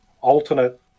alternate